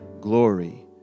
glory